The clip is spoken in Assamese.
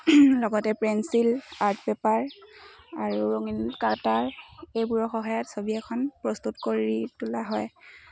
লগতে পেঞ্চিল আৰ্ট পেপাৰ আৰু ৰঙ কাটাৰ এইবোৰৰ সহায়ত ছবি এখন প্ৰস্তুত কৰি তোলা হয়